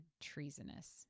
treasonous